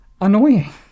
annoying